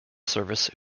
service